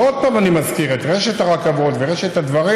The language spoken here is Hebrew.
ועוד פעם אני מזכיר את רשת הרכבות, ורשת הדברים.